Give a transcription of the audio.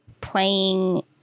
playing